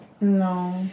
No